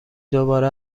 دوباره